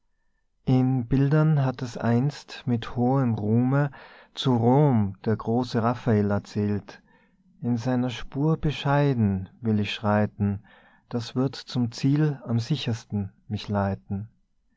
in bildern hat es einst mit hohem ruhme zu rom der große raphael erzählt in seiner spur bescheiden will ich schreiten das wird zum ziel am sichersten mich leiten